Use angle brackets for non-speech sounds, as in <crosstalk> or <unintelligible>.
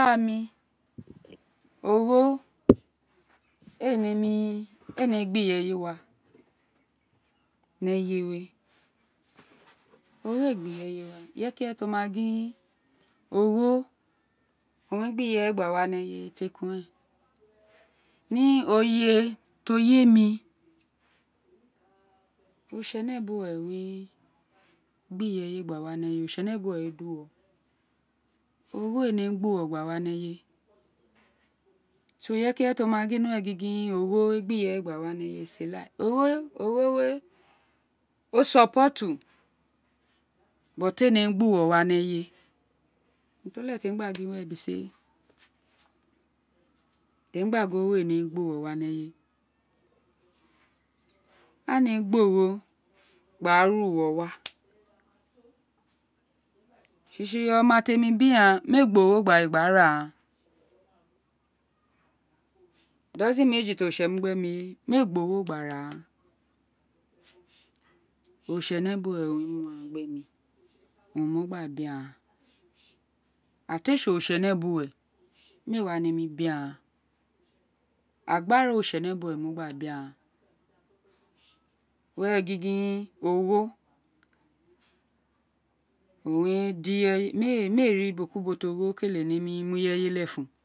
<unintelligible> ogho éè nemi gbí ireye wa ní eye wé ogho éè gbi íreye wa ireye kí ireye ti oma gin ogho owun re gbi ireye gba wa ni eyewe takun rẽn ní oye tí oye mí oritsenebuw owun ne gbi ireje gba wa ní eyewe takun ren nr oye tí oye mí oritsenebuw owun rẽ gbi ireje gba wa ole eyeww ogho ee nema gbi uwo aba wa ni eyewe <unintelligible> keye kí ireye tí õ má gin were gin gin oghe we gbi ireye gba wa ni eyewe unintelligible ogho ogho we <unintelligible> nemi gbi uwo wa ni eyewe urun to legle mi gbe gin wa wẽ <unintelligible> tr emí gba gin ogho éè ne mí gbi uwo wa ní eyeme a nemi gbi ogho gba ra uwo wa tsi tsí oma temi bí gháàn mi éè gbi oghi gba ré gba ra agháàn oton mejí wé tí orilse wé mu gbemi mi éè gbr oghe gba rạ aghan oritsenebuwe owun rê mu aghan gbe mí owun m̃o gba bí aghan ira ti ee ts nebuwe mí éè wa nẽ mí bi aghan agbara oritsenẽ buwe owun mo gba bí aghan were gin gin ogho ogho wérè gin gin ogho ogho dí ireye mi éè rí ubo ku ubo ti ogho kele mu ireye lêfum.